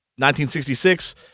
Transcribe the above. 1966